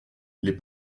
les